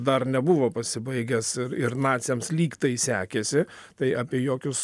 dar nebuvo pasibaigęs ir ir naciams lygtai sekėsi tai apie jokius